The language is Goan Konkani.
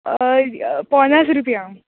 अ पोनास रुपया